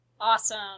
Awesome